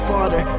Father